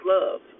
love